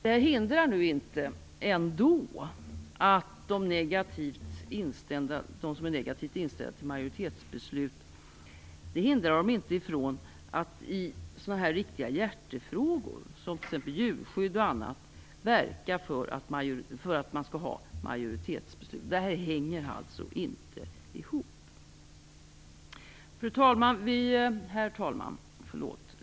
Det hindrar inte att de som är negativt inställda till majoritetsbeslut ändå i vissa hjärtefrågor, djurskydd och annat, verkar för att man skall ha majoritetsbeslut. Det hänger alltså inte ihop. Herr talman!